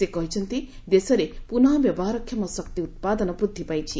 ସେ କହିଛନ୍ତି ଦେଶରେ ପୁନଃ ବ୍ୟବହାରକ୍ଷମ ଶକ୍ତି ଉତ୍ପାଦନ ବୃଦ୍ଧି ପାଇଛି